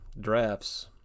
drafts